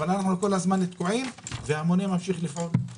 אבל אנחנו תקועים והמונה ממשיך לפעול.